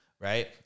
right